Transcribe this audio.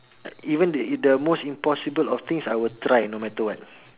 even the the most impossible of things I will try no matter what